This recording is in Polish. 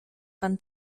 pan